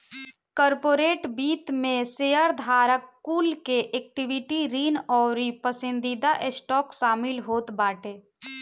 corporate वित्त में शेयरधारक कुल के इक्विटी, ऋण अउरी पसंदीदा स्टॉक शामिल होत बाटे